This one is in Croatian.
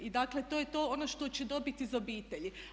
I dakle, to je to, ono što će dobiti iz obitelji.